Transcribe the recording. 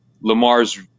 lamar's